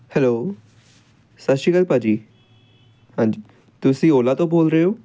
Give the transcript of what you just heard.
hello ਸਤਿ ਸ਼੍ਰੀ ਅਕਾਲ ਭਾਅ ਜੀ ਹਾਂਜੀ ਤੁਸੀਂ ਓਲਾ ਤੋਂ ਬੋਲ ਰਹੇ ਹੋ